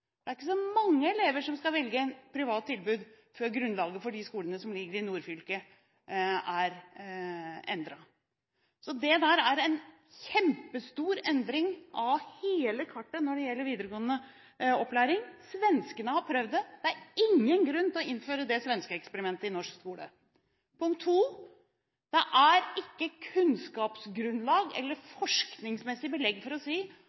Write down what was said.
Det er ikke så mange elever som skal velge et privat tilbud før grunnlaget for de skolene som ligger i nordfylket, er endret. Det er en kjempestor endring av hele kartet når det gjelder videregående opplæring. Svenskene har prøvd det – det er ingen grunn til å innføre det svenskeeksperimentet i norsk skole. Punkt to: Det er ikke kunnskapsgrunnlag eller forskningsmessig belegg for å si